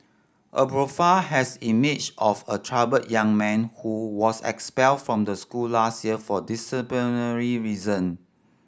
a profile has emerged of a troubled young man who was expelled from the school last year for disciplinary reason